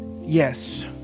Yes